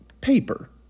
paper